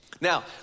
Now